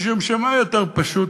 משום שמה יותר פשוט,